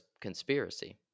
conspiracy